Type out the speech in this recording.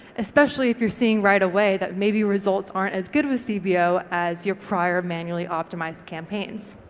especially if you're seeing right away that maybe results aren't as good with cbo as your prior manually optimised campaigns.